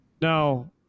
Now